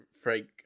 Frank